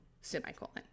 semicolon